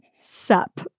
sup